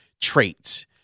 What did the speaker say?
traits